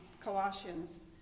Colossians